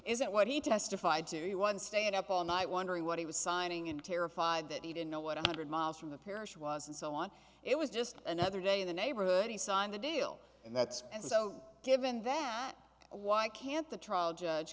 isn't what he testified to you one stayed up all night wondering what he was signing and terrified that even know what i did miles from the parish was and so on it was just another day in the neighborhood he signed the deal and that's and so given that why can't the trial judge